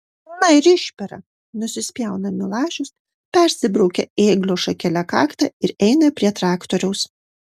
na ir išpera nusispjauna milašius persibraukia ėglio šakele kaktą ir eina prie traktoriaus